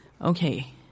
Okay